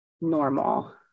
normal